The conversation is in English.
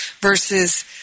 versus